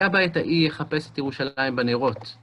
מהבית ההיא יחפש את ירושלים בנרות?